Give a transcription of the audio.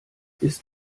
ist